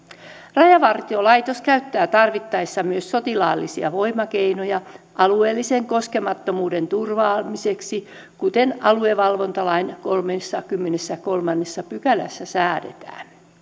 rajavartiolaitos käyttää tarvittaessa myös sotilaallisia voimakeinoja alueellisen koskemattomuuden turvaamiseksi kuten aluevalvontalain kolmannessakymmenennessäkolmannessa pykälässä säädetään